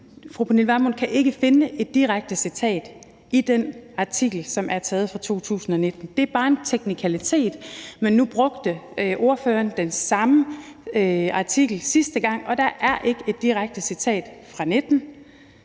Fru Pernille Vermund kan ikke finde et direkte citat i den artikel, som er taget fra 2019. Det er bare en teknikalitet, men nu brugte ordføreren den samme artikel sidste gang, og der er ikke et direkte citat fra 2019.